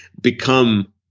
become